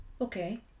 Okay